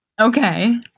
Okay